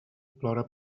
plora